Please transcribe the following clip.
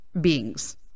beings